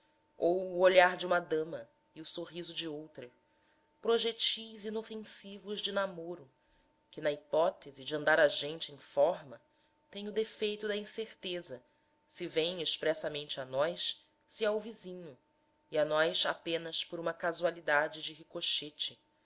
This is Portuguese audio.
ou o olhar de uma dama e o sorriso de outra projetis inofensivos de namoro que na hipótese de andar a gente em forma têm o defeito da incerteza se vêm expressamente a nós se ao vizinho e a nós apenas por uma casualidade de ricochete